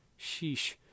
Sheesh